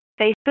Facebook